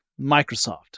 Microsoft